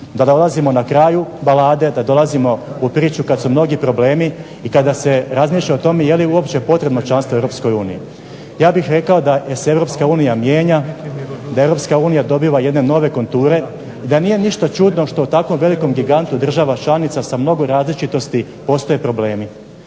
da dolazimo na kraju balade, da dolazimo u priču kada su mnogi problemi i kada se razmišlja o tome je li uopće potrebno članstvo u Europskoj uniji. Ja bih rekao da se Europska unija mijenja, da dobiva jedne nove konture, da nije ništa čudno da tako velikom gigantu država članica sa mnogo različitosti postoje problemi.